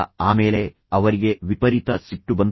ಆಮೇಲೆ ಅವರಿಗೆ ವಿಪರೀತ ಸಿಟ್ಟು ಬಂತು